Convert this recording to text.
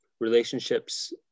relationships